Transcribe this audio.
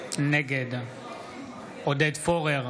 נגד עודד פורר,